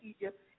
Egypt